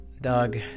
Doug